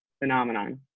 phenomenon